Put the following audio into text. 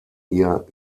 ihr